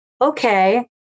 okay